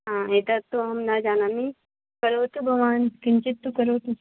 हा एतत् तु अहं न जानामि करोतु भवान् किञ्चित् तु करोतु